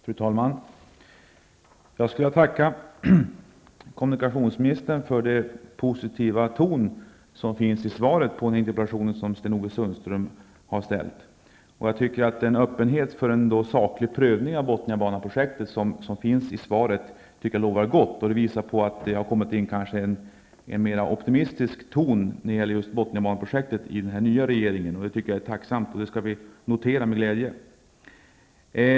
Fru talman! Jag skulle vilja tacka kommunikationsministern för den positiva ton som finns i svaret på den interpellation som Sten-Ove Sundström har ställt. Den öppenhet för en saklig prövning av Bothniabaneprojektet som finns i svaret tycker jag lovar gott. Det visar att det har kommit in en mer optimistisk ton i den nya regeringen när det gäller Bothniabaneprojektet. Det tycker jag är tacksamt. Det skall vi notera med glädje.